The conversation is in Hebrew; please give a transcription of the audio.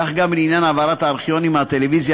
כך גם לעניין העברת הארכיונים מהטלוויזיה